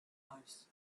hours